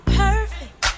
perfect